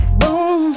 boom